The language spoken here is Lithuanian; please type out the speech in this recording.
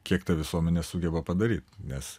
kiek ta visuomenė sugeba padaryt nes